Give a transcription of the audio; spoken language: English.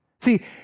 See